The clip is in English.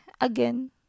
again